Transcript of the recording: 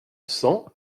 cent